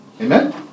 Amen